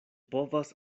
povas